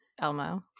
elmo